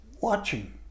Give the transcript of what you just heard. Watching